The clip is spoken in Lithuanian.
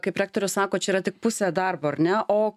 kaip rektorius sako čia yra tik pusė darbo ar ne o